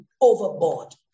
overboard